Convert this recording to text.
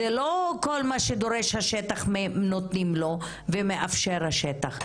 זה לא שכל מה שדורש השטח ומאפשר השטח נותנים לו.